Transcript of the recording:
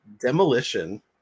Demolition